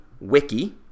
wiki